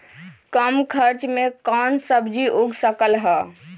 कम खर्च मे कौन सब्जी उग सकल ह?